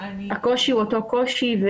הקושי הוא אותו קושי.